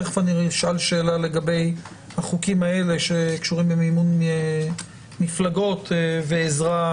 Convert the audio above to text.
ותכף אני אשאל שאלה לגבי החוקים האלה שקשורים במימון מפלגות ועזרה,